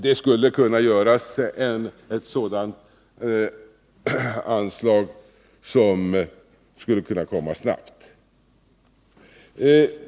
Det skulle vara möjligt att snabbt ge ett sådant anslag.